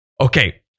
Okay